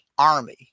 army